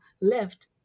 left